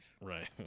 Right